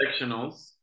sectionals